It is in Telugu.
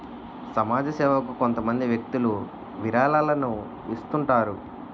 సమాజ సేవకు కొంతమంది వ్యక్తులు విరాళాలను ఇస్తుంటారు